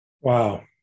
Wow